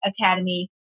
academy